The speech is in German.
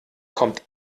kommt